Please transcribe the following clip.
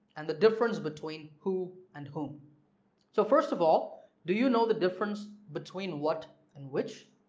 and the difference between who and whom so first of all do you know the difference between what and which?